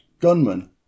gunman